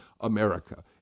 America